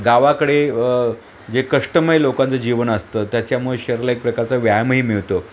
गावाकडे जे कष्टमय लोकांचं जीवन असतं त्याच्यामुळे शरीराला एक प्रकारचा व्यायामही मिळतो